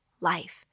life